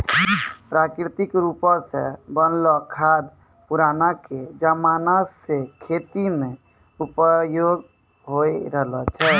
प्राकृतिक रुपो से बनलो खाद पुरानाके जमाना से खेती मे उपयोग होय रहलो छै